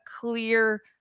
clear